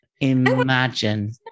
imagine